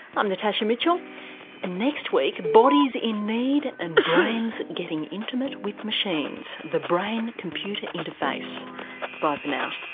i'm natasha mitchell and next week bodies in need, and brains getting intimate with machines. the brain-computer interface. bye for now